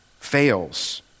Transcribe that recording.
fails